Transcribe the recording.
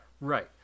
Right